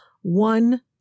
One